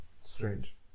strange